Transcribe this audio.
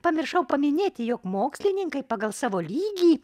pamiršau paminėti jog mokslininkai pagal savo lygį